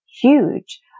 huge